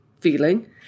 feeling